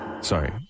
Sorry